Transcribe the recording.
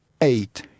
eight